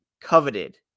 coveted